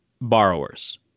borrowers